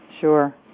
Sure